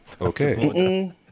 okay